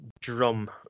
drum